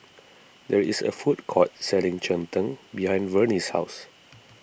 there is a food court selling Cheng Tng behind Vernie's house